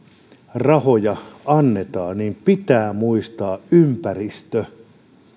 rahoja annetaan niin pitää muistaa ympäristö